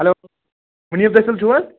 hello Munib دٔسِل چھُو حظ